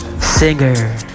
Singer